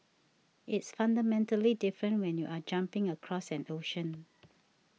it's fundamentally different when you're jumping across an ocean